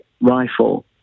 rifle